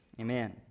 Amen